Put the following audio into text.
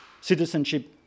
citizenship